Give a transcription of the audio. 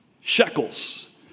shekels